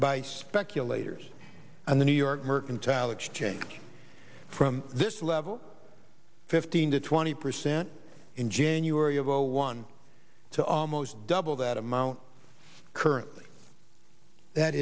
by speculators on the new york mercantile exchange from this level fifteen to twenty percent in january of zero one to almost double that amount currently that